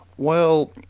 well,